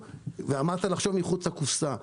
אמרת שצריך לחשוב מחוץ לקופסה.